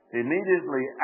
...immediately